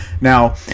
now